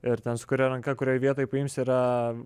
ir ten su kuria ranka kurioj vietoj paims yra